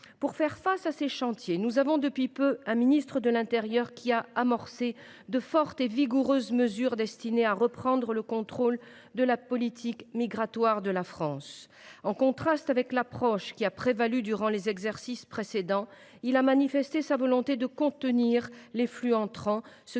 Pour faire face à de tels chantiers, nous avons depuis peu un ministre de l’intérieur qui a amorcé de vigoureuses mesures destinées à reprendre le contrôle de la politique migratoire de la France. En contraste avec l’approche qui a prévalu durant les législatures précédentes, il a manifesté une forte volonté de contenir les flux entrants,